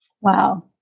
Wow